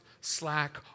slack